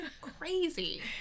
crazy